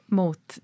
mot